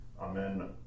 Amen